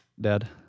Dad